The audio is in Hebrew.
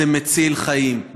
זה מציל חיים,